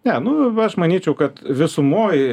ne nu aš manyčiau kad visumoj